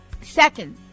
Second